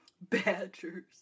badgers